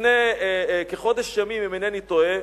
לפני כחודש ימים, אם אינני טועה,